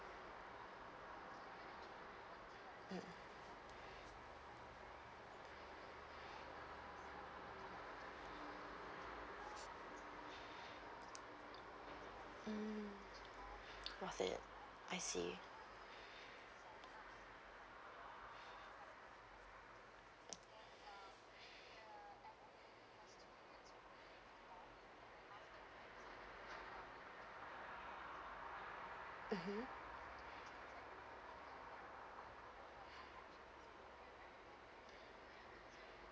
mm mm worth it I see mmhmm